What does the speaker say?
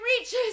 reaches